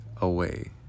Away